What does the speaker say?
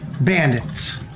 bandits